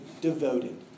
devoted